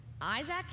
Isaac